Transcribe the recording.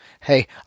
Hey